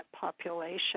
population